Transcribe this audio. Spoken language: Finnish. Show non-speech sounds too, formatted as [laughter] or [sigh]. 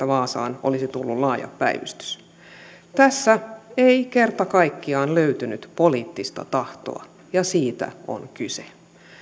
[unintelligible] vaasaan olisi tullut laaja päivystys tässä ei kerta kaikkiaan löytynyt poliittista tahtoa ja siitä on kyse